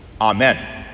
Amen